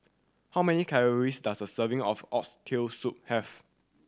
how many calories does a serving of Oxtail Soup have